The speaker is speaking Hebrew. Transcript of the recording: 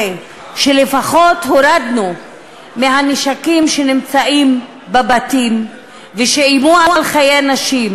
שלפחות הורדנו את הנשקים שנמצאים בבתים ושאיימו על חיי נשים,